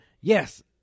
yes